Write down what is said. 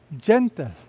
Gentle